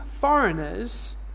foreigners